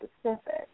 specific